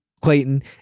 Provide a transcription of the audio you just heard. clayton